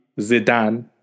Zidane